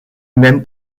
même